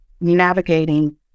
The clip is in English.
navigating